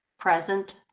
present.